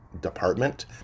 department